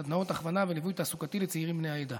סדנאות הכוונה וליווי תעסוקתי לצעירים בני העדה.